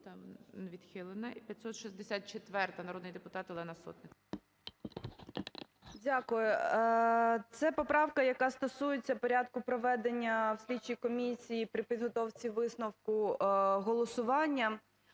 там відхилена. 564-а, народний депутат Олена Сотник. 13:08:44 СОТНИК О.С. Дякую. Це поправка, яка стосується порядку проведення в слідчій комісії при підготовці висновку голосування.